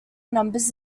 numbers